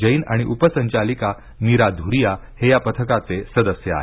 जैन आणि उप संचालिका मीरा धुरीया हे या पथकाचे सदस्य आहेत